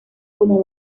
como